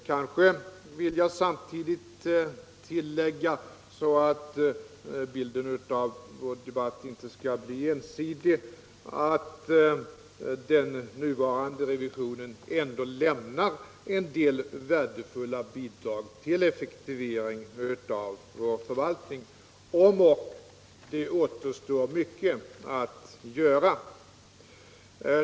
Jag bör kanske samtidigt tillägga, för att bilden inte skall bli ensidig, att den nuvarande revisionen ändå lämnar en del värdefulla bidrag till effektivisering av vår förvaltning, om ock det återstår mycket att göra.